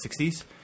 60s